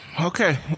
okay